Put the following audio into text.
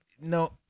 No